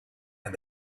and